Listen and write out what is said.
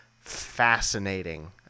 fascinating